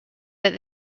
that